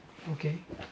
okay